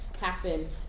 happen